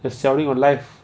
the selling of life